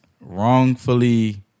wrongfully